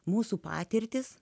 mūsų patirtis